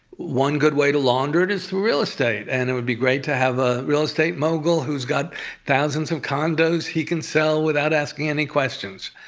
one good way to launder it is through estate, and it would be great to have a real estate mogul who's got thousands of condos he can sell without asking any questions.